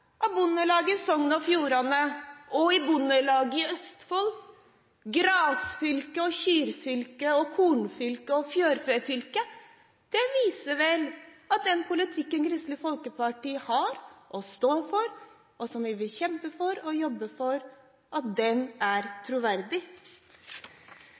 av Bondelaget i Sogn og Fjordane og Bondelaget i Østfold – gressfylket, kyrfylket, kornfylket og fjørfefylket. Det viser vel at den politikken Kristelig Folkeparti har, og står for, og som vi vil kjempe for, og jobbe for, er troverdig. Vi har mistet troverdigheten, har det blitt sagt. Jeg tror at